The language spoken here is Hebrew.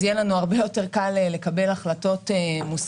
אז יהיה לנו הרבה יותר קל לקבל החלטות מושכלות.